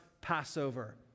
Passover